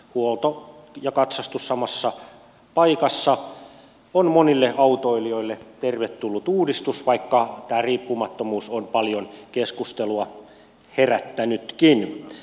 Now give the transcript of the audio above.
huolto ja katsastus samassa paikassa on monille autoilijoille tervetullut uudistus vaikka tämä riippumattomuus on paljon keskustelua herättänytkin